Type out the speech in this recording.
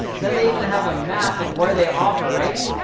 then they even have a map of where they operate.